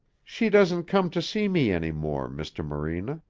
she doesn't come to see me any more, mr. morena.